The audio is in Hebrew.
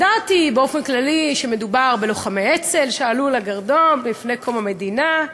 ידעתי באופן כללי שמדובר בלוחמי אצ"ל שהועלו לגרדום לפני קום המדינה.